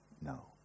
No